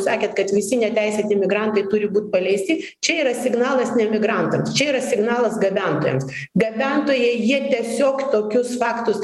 sakėt kad visi neteisėti migrantai turi būt paleisti čia yra signalas ne emigrantams čia yra signalas gabentojams gabentojai jie tiesiog tokius faktus